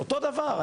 אותו דבר.